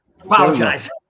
apologize